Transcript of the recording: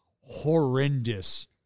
horrendous